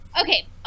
Okay